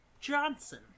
Johnson